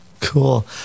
Cool